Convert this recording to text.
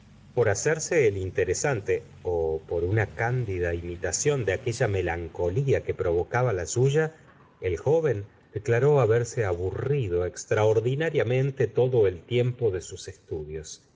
por hacerse el interesante ó por una cándida imitación de aquella melancolía que provocaba la suya el joven declaró haberse aburrido extraordinariamente todo el tiempo de sus estudios